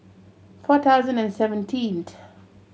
four thousand and seventeenth